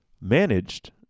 managed